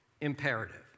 imperative